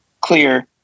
clear